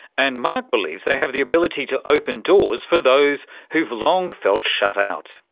and mark believes they have the ability to open doors for those who've long felt shut out.